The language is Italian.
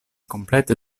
completa